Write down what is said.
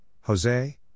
Jose